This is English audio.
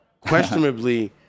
questionably